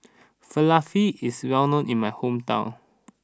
Falafel is well known in my hometown